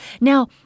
Now